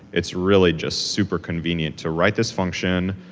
it's really just super convenient to write this function,